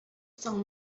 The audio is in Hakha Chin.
cang